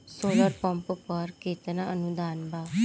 Solar pump पर केतना अनुदान बा?